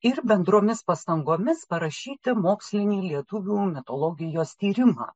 ir bendromis pastangomis parašyti mokslinį lietuvių mitologijos tyrimą